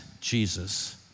Jesus